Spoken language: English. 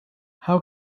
how